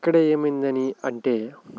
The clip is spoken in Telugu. అక్కడ ఏమైందని అంటే